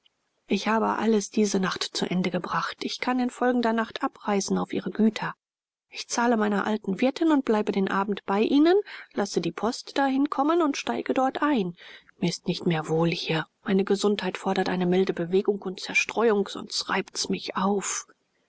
ich habe alles diese nacht zu ende gebracht ich kann in folgender nacht abreisen auf ihre güter ich zahle meiner alten wirtin und bleibe den abend bei ihnen lasse die post dahin kommen und steige dort ein mir ist nicht mehr wohl hier meine gesundheit fordert eine milde bewegung und zerstreuung sonst reibt's mich auf